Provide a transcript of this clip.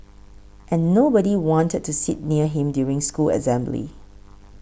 and nobody wanted to sit near him during school assembly